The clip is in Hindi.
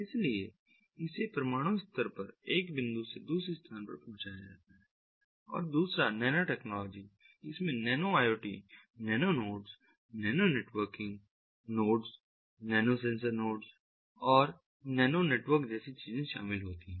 इसलिए इसे परमाणु स्तर पर एक बिंदु से दूसरे स्थान पर पहुंचाया जाता है और दूसरा नैनो टेक्नोलॉजी इसमें nano IoT nano nodes nano networking nodes nano sensor nodes और नैनो नेटवर्क जैसी चीजें शामिल होती हैं